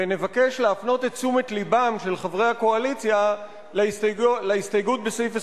ונבקש להפנות את תשומת לבם של חברי הקואליציה להסתייגות בסעיף 27,